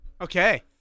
Okay